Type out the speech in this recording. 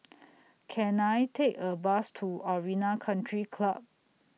Can I Take A Bus to Arena Country Club